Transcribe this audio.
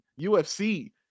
ufc